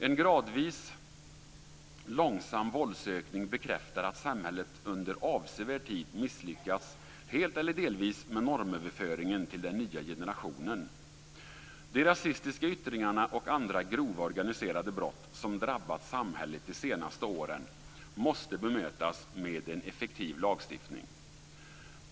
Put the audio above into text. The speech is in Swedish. En gradvis, långsam våldsökning bekräftar att samhället under avsevärd tid misslyckats helt eller delvis med normöverföringen till den nya generationen. De rasistiska yttringarna och andra grova organiserade brott som drabbat samhället de senaste åren måste bemötas med en effektiv lagstiftning.